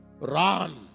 Run